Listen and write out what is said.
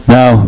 Now